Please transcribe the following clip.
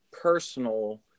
personal